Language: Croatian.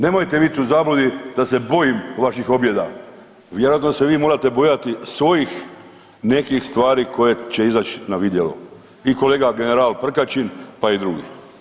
Nemojte bit u zabludi da se bojim vaših objeda, vjerojatno se vi morate bojati svojih nekih stvari koje će izać na vidjelo i kolega general Prkačin pa i drugi.